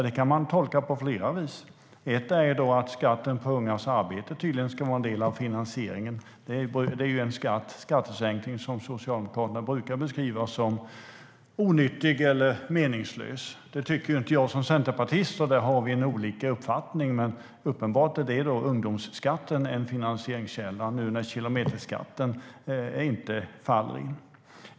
Det kan man tolka på flera vis. Ett är att skatten på ungas arbete tydligen ska vara en del av finansieringen. Det är en skattesänkning som Socialdemokraterna brukar beskriva som onyttig eller meningslös. Det tycker ju inte jag som centerpartist, och där har vi olika uppfattning. Men uppenbart är ungdomsskatten en finansieringskälla när kilometerskatten nu inte faller in. Fru talman!